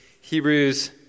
Hebrews